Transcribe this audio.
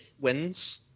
wins